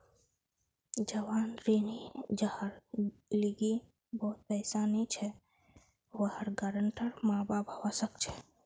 जवान ऋणी जहार लीगी बहुत पैसा नी छे वहार गारंटर माँ बाप हवा सक छे